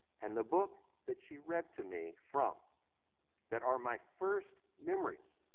and the book that she read to me from that are my first memories,